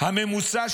של